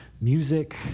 music